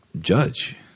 Judge